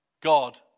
God